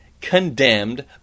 condemned